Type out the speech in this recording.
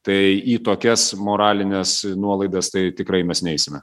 tai į tokias moralines nuolaidas tai tikrai mes neisime